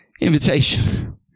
invitation